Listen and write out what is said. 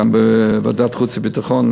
גם בוועדת החוץ והביטחון,